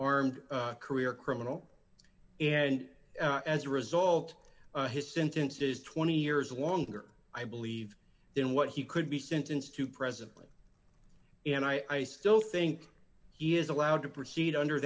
armed career criminal and as a result his sentence is twenty years longer i believe in what he could be sentenced to presently and i still think he is allowed to proceed under